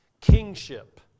Kingship